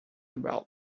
about